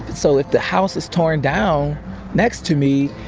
so if the house is torn down next to me,